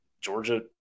Georgia